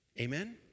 Amen